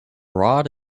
rod